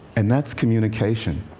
and that's communication.